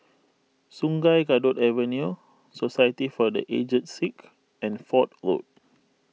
Sungei Kadut Avenue Society for the Aged Sick and Fort Road